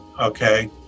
okay